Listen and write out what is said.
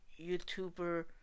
youtuber